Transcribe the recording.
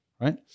right